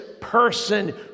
person